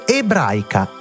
ebraica